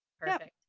perfect